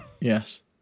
Yes